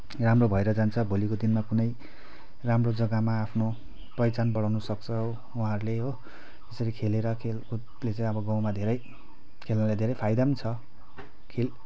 राम्रो भएर जान्छ भोलिको दिनमा कुनै राम्रो जग्गामा आफ्नो पहिचान बढाउन सक्छ हो उहाँहरूले हो यसरी खेलेर खेलकुदले चाहिँ अब गाउँमा धेरै खेल्नाले धेरै फाइदाहरू पनि छ खेल